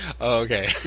Okay